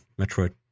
Metroid